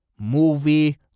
movie